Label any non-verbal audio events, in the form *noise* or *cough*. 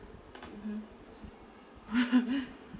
mmhmm *laughs*